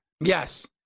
yes